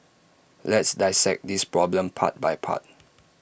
let's dissect this problem part by part